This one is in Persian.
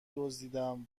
دزدیدم